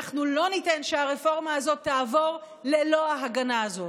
אנחנו לא ניתן שהרפורמה הזאת תעבור ללא ההגנה הזאת.